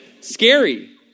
scary